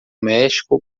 méxico